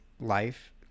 life